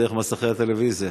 דרך מסכי הטלוויזיה.